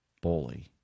bully